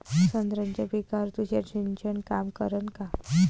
संत्र्याच्या पिकावर तुषार सिंचन काम करन का?